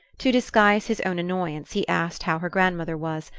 to disguise his own annoyance he asked how her grandmother was,